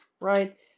right